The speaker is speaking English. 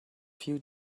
few